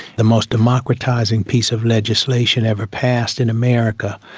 the most democratising piece of legislation ever passed in america.